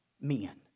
men